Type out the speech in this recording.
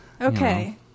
Okay